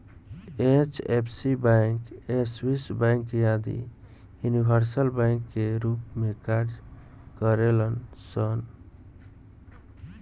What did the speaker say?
HFC bank, Swiss bank आदि universal bank के रूप में कार्य करेलन सन